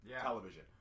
Television